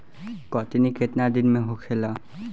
कटनी केतना दिन में होखेला?